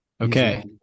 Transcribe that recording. Okay